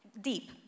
deep